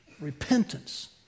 repentance